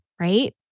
Right